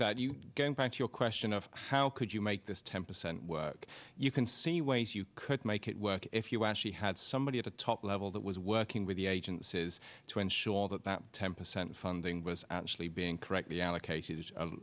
that you go back to your question of how could you make this ten percent work you can see ways you could make it work if you actually had somebody at the top level that was working with the agencies to ensure that that ten percent funding was actually being correctly